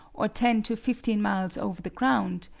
or ten to fifteen miles over the ground,